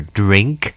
drink